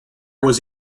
was